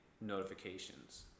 notifications